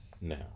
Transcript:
now